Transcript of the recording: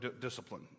discipline